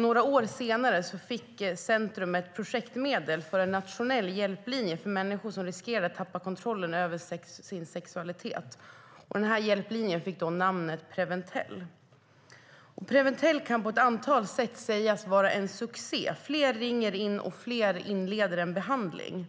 Några år senare fick centrumet projektmedel för en nationell hjälplinje för människor som riskerar att tappa kontrollen över sin sexualitet. Denna hjälplinje fick namnet Preventell. Preventell kan på ett antal sätt sägas vara en succé. Fler ringer in, och fler inleder en behandling.